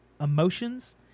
emotions